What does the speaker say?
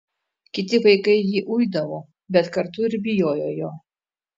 kiti vaikai jį uidavo bet kartu ir bijojo jo